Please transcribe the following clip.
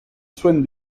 soigne